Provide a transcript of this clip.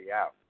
out